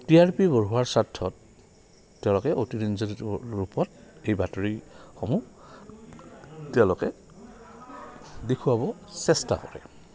T R P বঢ়োৱাৰ স্বাৰ্থত তেওঁলোকে অতিৰঞ্জিত ৰূপত এই বাতৰিসমূহ তেওঁলোকে দেখুৱাব চেষ্টা কৰে